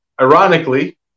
Ironically